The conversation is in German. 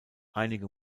einige